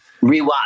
rewatch